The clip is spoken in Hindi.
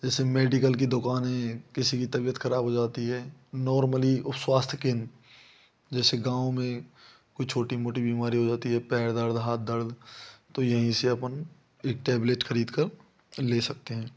जैसे मेडिकल की दुकान है किसी की तबीयत ख़राब हो जाती है नोर्मली वो स्वास्थ्य केंद्र जैसे गाँव में छोटी मोटी बीमारियाँ हो जाती है पैर दर्द हाथ दर्द तो यहीं से अपन एक टेबलेट खरीद कर ले सकते हैं